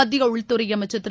மத்திய உள்துறை அமைச்சர் திரு